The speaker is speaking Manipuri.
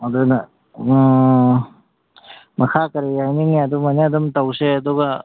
ꯑꯗꯨꯅ ꯃꯈꯥ ꯀꯔꯤ ꯍꯥꯏꯅꯤꯡꯏ ꯑꯗꯨꯃꯥꯏꯅ ꯑꯗꯨꯝ ꯇꯧꯁꯦ ꯑꯗꯨꯒ